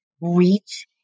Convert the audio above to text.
reach